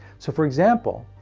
so for example,